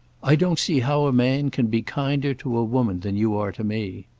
i don't see how a man can be kinder to a woman than you are to me.